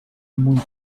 muito